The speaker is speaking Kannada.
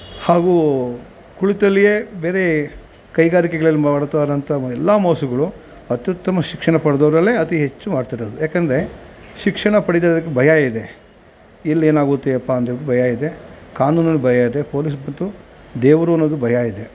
ಹಾಗೂ ಕುಳಿತಲ್ಲಿಯೇ ಬೇರೆ ಕೈಗಾರಿಕೆಗ್ಳಲ್ಲಿ ಮಾಡುತ್ತಾ ಇರೋಂತ ಎಲ್ಲ ಮೋಸಗಳು ಅತ್ಯುತ್ತಮ ಶಿಕ್ಷಣ ಪಡೆದವ್ರಲ್ಲೇ ಅತಿ ಹೆಚ್ಚು ಮಾಡ್ತಿರೋದು ಯಾಕಂದರೆ ಶಿಕ್ಷಣ ಪಡೀದೇ ಇರೋವ್ಕ್ ಭಯ ಇದೆ ಎಲ್ಲಿ ಏನಾಗುತ್ತೆ ಅಪ್ಪ ಅಂತೇಳ್ಬಿಟ್ ಭಯ ಇದೆ ಕಾನೂನಲ್ಲಿ ಭಯ ಇದೆ ಪೋಲೀಸ್ ಮತ್ತು ದೇವರು ಅನ್ನೋದು ಭಯ ಇದೆ